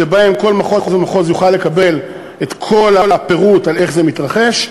שבהם כל מחוז ומחוז יוכל לקבל את כל הפירוט על איך זה מתרחש.